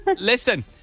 listen